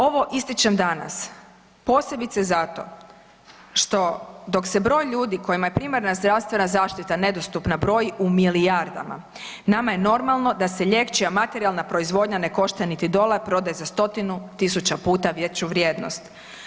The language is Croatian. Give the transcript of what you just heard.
Ovo ističem danas posebice zato što dok se broj ljudi kojima je primarna zdravstvena zaštita nedostupna broji u milijardama, nama je normalno da se lijek čija je materijalna proizvodnja ne košta niti dolar prodaje za stotinu tisuća puta veću vrijednost.